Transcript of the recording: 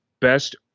best